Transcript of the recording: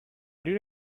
did